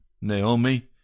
Naomi